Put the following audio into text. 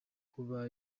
kuba